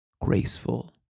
graceful